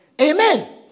Amen